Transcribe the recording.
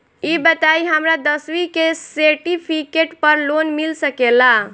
ई बताई हमरा दसवीं के सेर्टफिकेट पर लोन मिल सकेला?